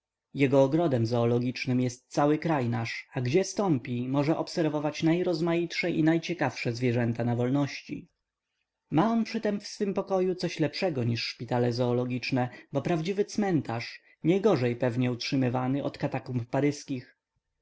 jego ogrodem zoologicznym jest kraj nasz cały a gdzie stąpi może obserwować najrozmaitsze i najciekawsze zwierzęta na wolności ma on przytem w swym pokoju coś lepszego niż szpitale zoologiczne bo prawdziwy cmentarz nie gorzej pewno utrzymywany od katakumb paryzkich